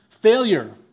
Failure